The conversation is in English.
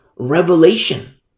revelation